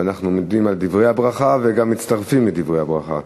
ואנחנו מודים על דברי הברכה וגם מצטרפים לדברי הברכה.